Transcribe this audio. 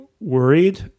worried